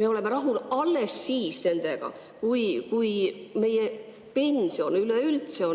sellega rahul alles siis, kui meie pension üleüldse